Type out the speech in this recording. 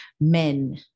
men